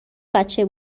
بچه